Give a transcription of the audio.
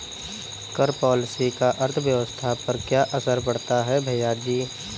कर पॉलिसी का अर्थव्यवस्था पर क्या असर पड़ता है, भैयाजी?